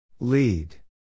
Lead